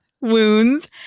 wounds